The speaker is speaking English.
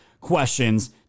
questions